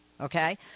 okay